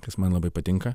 kas man labai patinka